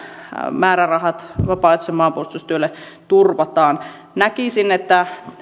määrärahat vapaaehtoiselle maanpuolustustyölle turvataan näkisin että